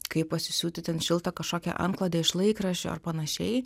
kaip pasisiūti ten šiltą kažkokią antklodę iš laikraščio ar panašiai